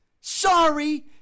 Sorry